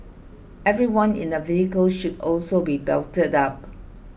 everyone in a vehicle should also be belted up